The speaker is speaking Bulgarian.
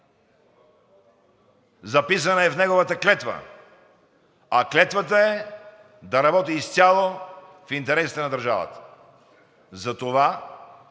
записана е в неговата клетва, а клетвата е да работи изцяло в интересите на държавата. Затова